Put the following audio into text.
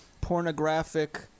pornographic